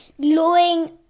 glowing